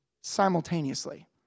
simultaneously